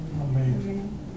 Amen